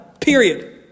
Period